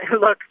look